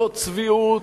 שזו צביעות